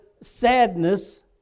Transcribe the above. sadness